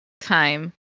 time